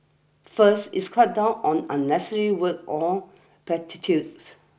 first it's cuts down on unnecessary words on platitudes